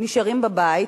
נשארים בבית,